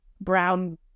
brown